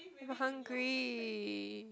I'm hungry